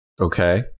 Okay